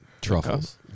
truffles